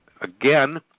again